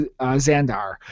Zandar